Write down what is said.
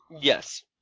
Yes